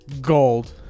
Gold